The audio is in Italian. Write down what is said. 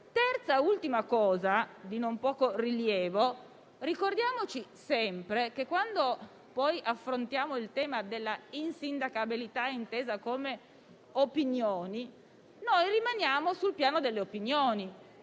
Ultimo punto, di non poco rilievo. Ricordiamo sempre che, quando affrontiamo il tema della insindacabilità intesa come opinioni, noi rimaniamo sul piano delle opinioni.